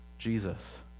Jesus